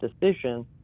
decision